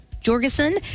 Jorgensen